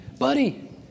Buddy